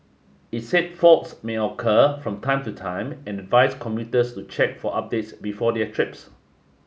it said faults may occur from time to time and advised commuters to check for updates before their trips